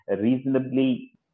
reasonably